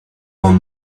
one